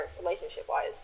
relationship-wise